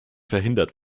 verhindert